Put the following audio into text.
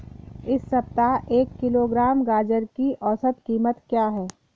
इस सप्ताह एक किलोग्राम गाजर की औसत कीमत क्या है?